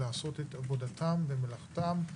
לעשות את עבודתם ומלאכתם,